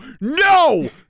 No